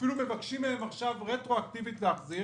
ואפילו מבקשים מהם עכשיו רטרואקטיבית להחזיר